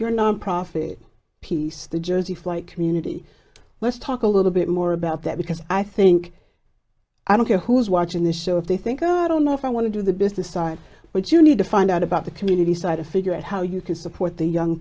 you're nonprofit piece the jersey fly community let's talk a little bit more about that because i think i don't care who's watching the show if they think i don't know if i want to do the business side but you need to find out about the community side of figure out how you can support the young